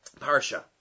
Parsha